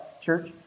church